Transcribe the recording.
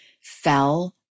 fell